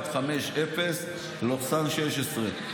7150/16,